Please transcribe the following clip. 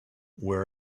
where